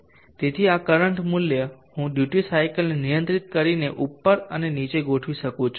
તેથી આ કરંટ મૂલ્ય હું ડ્યુટી સાયકલ ને નિયંત્રિત કરીને ઉપર અને નીચે ગોઠવી શકું છું